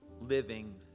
living